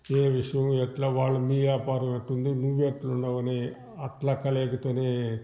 ఏ విషయం యెట్లా వాళ్ళని ఏపారం ఎట్లుంది నువ్వేట్లున్నావని అట్లా కలయికతోనే